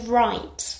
right